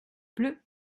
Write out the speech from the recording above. pleut